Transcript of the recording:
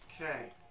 Okay